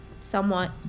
somewhat